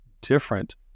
different